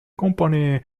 company